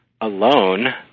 alone